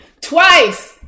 twice